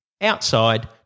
outside